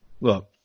Look